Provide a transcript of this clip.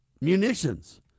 munitions